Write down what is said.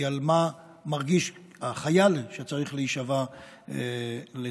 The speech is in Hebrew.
היא על מה שמרגיש החייל שצריך להישבע לצה"ל.